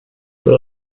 för